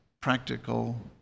practical